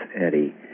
Eddie